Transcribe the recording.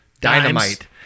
dynamite